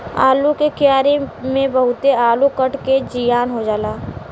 आलू के क्यारी में बहुते आलू कट के जियान हो जाला